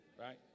Right